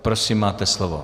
Prosím, máte slovo.